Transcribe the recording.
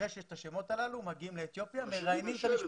אחרי שיש את השמות מגיעים לאתיופיה ומראיינים את המשפחות.